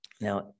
Now